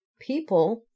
people